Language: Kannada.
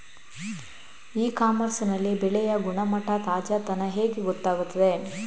ಇ ಕಾಮರ್ಸ್ ನಲ್ಲಿ ಬೆಳೆಯ ಗುಣಮಟ್ಟ, ತಾಜಾತನ ಹೇಗೆ ಗೊತ್ತಾಗುತ್ತದೆ?